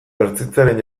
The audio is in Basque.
ertzaintzaren